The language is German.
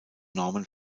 norman